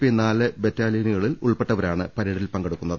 P നാല് ബറ്റാലിയനുകളിൽ ഉൾപ്പെട്ടവരാണ് പരേഡിൽ പങ്കെടുക്കുന്നത്